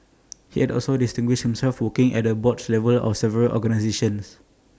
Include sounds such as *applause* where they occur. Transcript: *noise* he has also distinguished himself working at the board level of several organisations